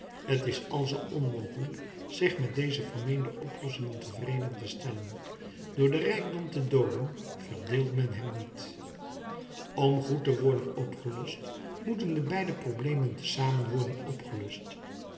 t is alzoo onmogelijk zich met deze vermeende oplossingen tevreden te stellen door den rijkdom te dooden verdeelt men hem niet om goed te worden opgelost moeten de beide problemen te zamen worden opgelost